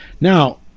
Now